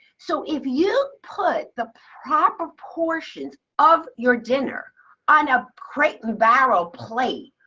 so if you put the proper portions of your dinner on a crate and barrel plate,